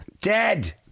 Dead